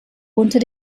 unter